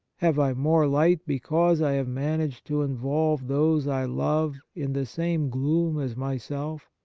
have i more light be cause i have managed to involve those i love in the same gloom as myself?